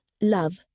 Love